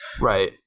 right